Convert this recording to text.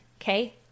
okay